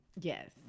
Yes